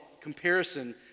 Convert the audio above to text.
comparison